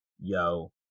yo